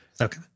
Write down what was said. Okay